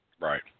right